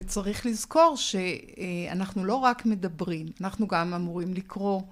צריך לזכור שאנחנו לא רק מדברים, אנחנו גם אמורים לקרוא.